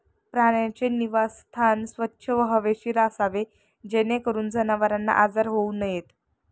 प्राण्यांचे निवासस्थान स्वच्छ व हवेशीर असावे जेणेकरून जनावरांना आजार होऊ नयेत